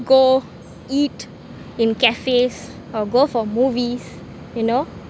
go eat in cafes or go for movies you know